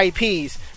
IPs